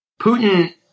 Putin